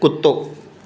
कुतो